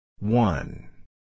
One